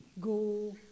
Go